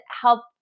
help